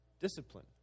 discipline